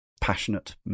passionate